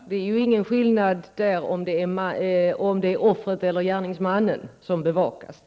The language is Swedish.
Fru talman! Det är ingen skillnad om det är offret eller gärningsmannen som bevakas.